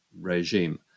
regime